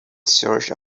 search